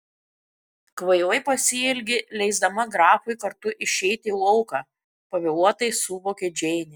kvailai pasielgė leisdama grafui kartu išeiti į lauką pavėluotai suvokė džeinė